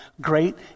great